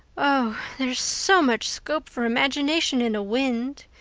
oh, there's so much scope for imagination in a wind!